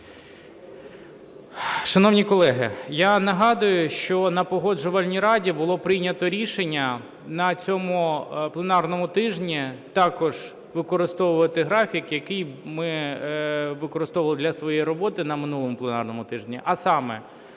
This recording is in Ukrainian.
Шановні колеги, я нагадую, що на Погоджувальній раді було прийнято рішення на цьому пленарному тижні також використовувати графік, який ми використовували для своєї роботи на минулому пленарному тижні. А саме: